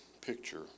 picture